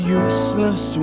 useless